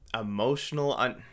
emotional